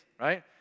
Right